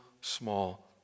small